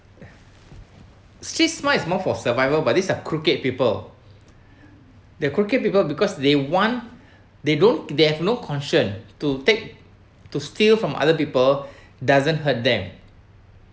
mind is more for survival but these are crooked people the crooked people because they want they don't they have no conscience to take to steal from other people doesn't hurt them